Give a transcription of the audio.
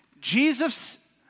Jesus